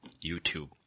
youtube